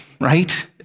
right